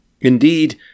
Indeed